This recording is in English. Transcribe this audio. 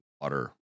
water